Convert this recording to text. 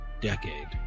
decade